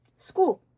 school